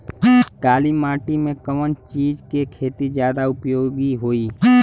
काली माटी में कवन चीज़ के खेती ज्यादा उपयोगी होयी?